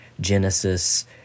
Genesis